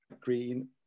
Green